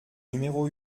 numéro